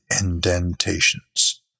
indentations